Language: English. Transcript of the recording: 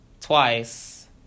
twice